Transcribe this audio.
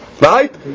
right